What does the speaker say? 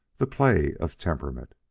the play of temperament.